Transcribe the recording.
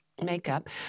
makeup